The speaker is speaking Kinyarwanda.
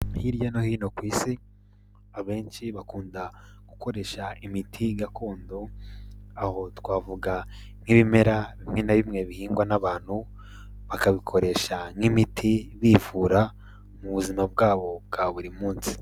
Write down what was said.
Hirya no hino ku isi abenshi bakunda gukoresha imiti gakondo, aho twavuga nk'ibimera bimwe na bimwe bihingwa n'abantu, bakabikoresha nk'imiti bivura mu buzima bwabo bwa buri munsi.